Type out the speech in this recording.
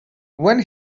when